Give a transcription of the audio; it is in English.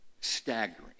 Staggering